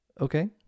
Okay